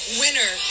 winner